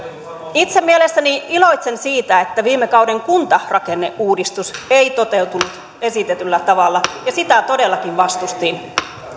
itse iloitsen siitä että viime kauden kuntarakenneuudistus ei toteutunut esitetyllä tavalla ja sitä todellakin vastustin